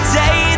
day